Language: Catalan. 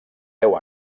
deu